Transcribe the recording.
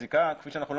כפי שאנחנו לא